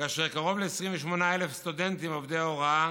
קרוב ל-28,000 סטודנטים עובדי הוראה,